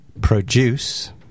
produce